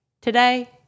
Today